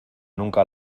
nunca